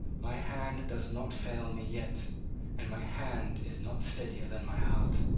my hand does not fail me yet and my hand is not steadier than my heart.